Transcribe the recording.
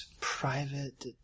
private